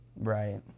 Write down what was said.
Right